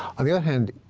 on the other hand,